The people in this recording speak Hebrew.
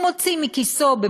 הוא מוציא מכיסו,